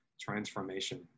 transformation